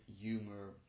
humor